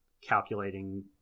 calculating